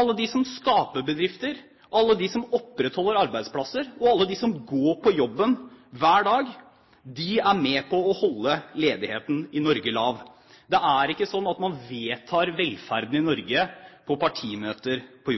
Alle de som skaper bedrifter, alle de som opprettholder arbeidsplasser, og alle de som går på jobben hver dag, er med på å holde ledigheten i Norge lav. Det er ikke sånn at man vedtar velferden i Norge på partimøter på